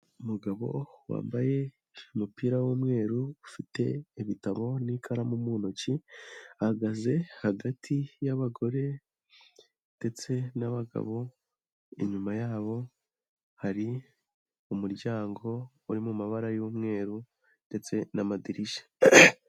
Umugabo wambaye umupira w'umweru ufite ibitabo n'ikaramu mu ntoki, ahagaze hagati y'abagore ndetse n'abagabo, inyuma yabo hari umuryango uri mu mabara y'umweru ndetse n'amadirishya.